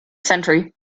century